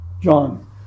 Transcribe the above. John